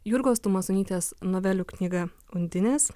jurgos tumasonytės novelių knyga undinės